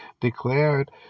declared